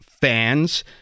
fans